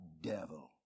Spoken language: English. devil